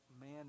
man